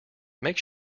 make